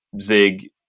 zig